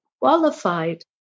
qualified